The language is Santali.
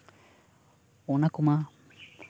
ᱚᱱᱟ ᱠᱚᱢᱟ